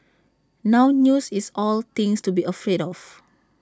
now news is all things to be afraid of